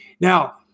Now